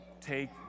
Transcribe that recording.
take